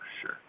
sure